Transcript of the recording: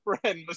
friend